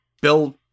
Bill